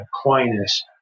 Aquinas